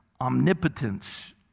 Omnipotence